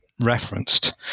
referenced